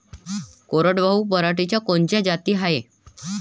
कोरडवाहू पराटीच्या कोनच्या जाती हाये?